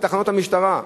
בתחנות המשטרה.